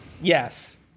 yes